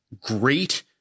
great